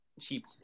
cheap